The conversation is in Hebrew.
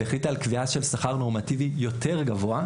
והחליטה על קביעה של שכר נורמטיבי יותר גבוה.